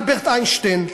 אלברט איינשטיין,